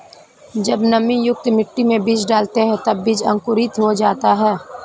जब नमीयुक्त मिट्टी में बीज डालते हैं तब बीज अंकुरित हो जाता है